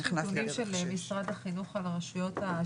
יש נתונים של משרד החינוך על הרשויות?